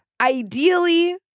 Ideally